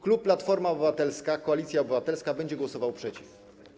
Klub Platforma Obywatelska - Koalicja Obywatelska będzie głosował przeciw.